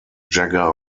jagger